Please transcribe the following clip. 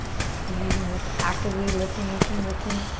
squeeze and lift. actively lifting, lifting, lifting.